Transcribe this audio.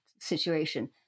situation